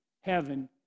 heaven